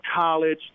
college